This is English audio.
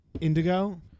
Indigo